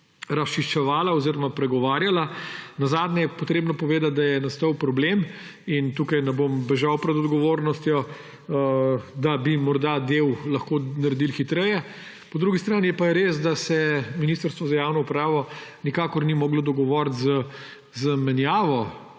razčiščevala oziroma pregovarjala. Nazadnje je potrebno povedati, da je nastal problem in tukaj ne bom bežal pred odgovornostjo, da bi morda del lahko naredili hitreje, po drugi strani pa je res, da se Ministrstvo za javno upravo nikakor ni moglo dogovoriti za menjavo